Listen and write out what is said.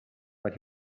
but